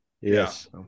Yes